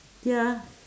ya